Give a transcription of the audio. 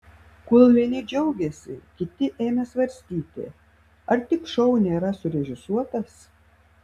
kol vieni džiaugėsi kiti ėmė svarstyti ar tik šou nėra surežisuotas